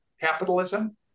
capitalism